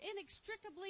inextricably